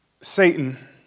Satan